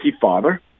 father